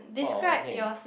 !wow! okay